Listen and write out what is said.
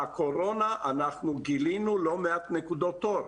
בקורונה אנחנו גילינו לא מעט נקודות אור.